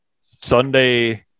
Sunday